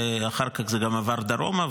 ואחר כך זה גם עבר דרומה.